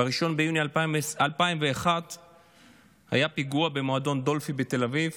ב-1 ביוני 2001 היה פיגוע במועדון דולפי בתל אביב,